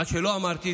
מה שלא אמרתי,